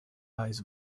eyes